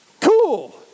Cool